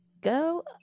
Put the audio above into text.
go